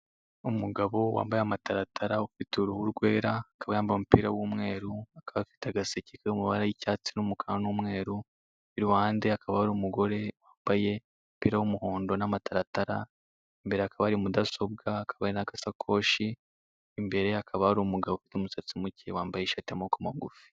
Umugabo wambaye amataratara, ufite uruhu rwera, akaba yambaye umupira w'umweru, akaba afite agaseke kari mu mabara y'icyatsi n'umukara n'umweru, I ruhande hakaba hari umugore wambaye umupira w'umuhondo n'amataratara, imbere hakaba hari mudasobwa, hakaba hari n'agasakoshi, imbere hakaba hari umugabo ufite imisatsi muke, wambaye ishati y'amaboko magufi.